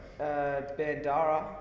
Bandara